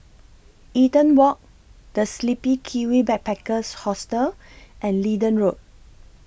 Eaton Walk The Sleepy Kiwi Backpackers Hostel and Leedon Road